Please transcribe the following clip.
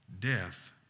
death